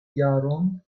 jaron